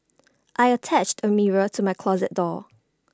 I attached A mirror to my closet door